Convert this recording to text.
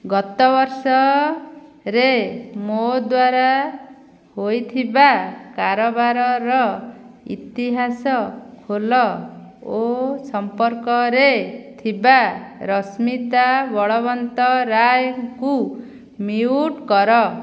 ଗତ ବର୍ଷରେ ମୋ ଦ୍ୱାରା ହୋଇଥିବା କାରବାରର ଇତିହାସ ଖୋଲ ଓ ସମ୍ପର୍କରେ ଥିବା ରଶ୍ମିତା ବଳବନ୍ତରାୟଙ୍କୁ ମ୍ୟୁଟ କର